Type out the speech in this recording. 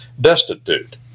destitute